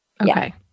Okay